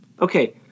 Okay